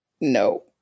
No